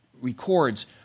records